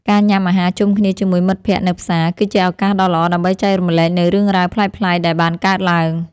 ការញ៉ាំអាហារជុំគ្នាជាមួយមិត្តភក្តិនៅផ្សារ គឺជាឱកាសដ៏ល្អដើម្បីចែករំលែកនូវរឿងរ៉ាវប្លែកៗដែលបានកើតឡើង។